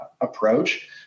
approach